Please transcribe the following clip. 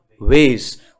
ways